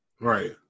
Right